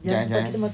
jap eh jap eh